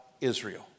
Israel